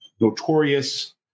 notorious